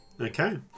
Okay